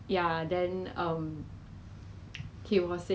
janitors uh waiter